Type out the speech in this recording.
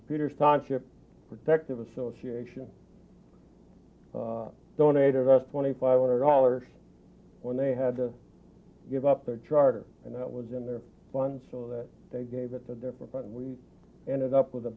peter sonship protective association donated us twenty five hundred dollars when they had to give up their charter and that was in their fund so that they gave it a different but we ended up with the